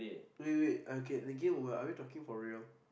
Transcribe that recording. wait wait wait okay again what are we talking for real